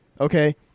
Okay